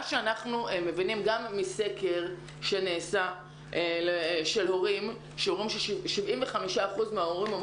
מה שאנחנו מבינים גם מסקר שנעשה של הורים שאומר ש-75% מההורים אומר